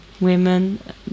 Women